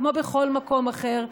כמו בכל מקום אחר.